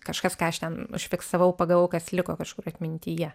kažkas ką aš ten užfiksavau pagavau kas liko kažkur atmintyje